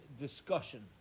discussion